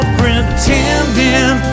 pretending